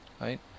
right